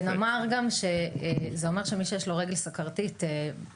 ונאמר גם שזה אומר שמי שיש לו רגל סוכרתית בצפון,